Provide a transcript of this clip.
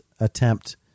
attempt